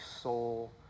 soul